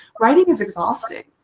writing is exhausting.